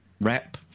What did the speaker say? rep